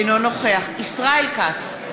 אינו נוכח ישראל כץ,